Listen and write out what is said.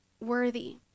worthy